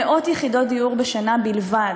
במאות יחידות דיור בשנה בלבד.